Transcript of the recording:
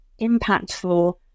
impactful